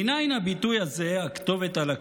מניין הביטוי הזה "הכתובת על הקיר"?